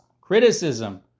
criticism